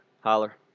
Holler